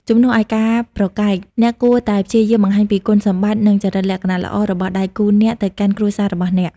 ជំនួសឲ្យការប្រកែក អ្នកគួរតែព្យាយាមបង្ហាញពីគុណសម្បត្តិ និងចរិតលក្ខណៈល្អរបស់ដៃគូអ្នកទៅកាន់គ្រួសាររបស់អ្នក។